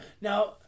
Now